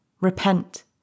repent